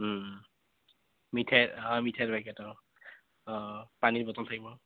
মিঠাই অঁ মিঠাই পেকেট অঁ অঁ পানীৰ বটল থাকিব